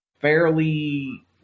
fairly